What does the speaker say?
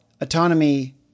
autonomy